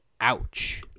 Ouch